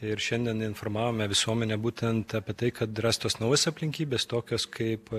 ir šiandien informavome visuomenę būtent apie tai kad rastos naujos aplinkybės tokios kaip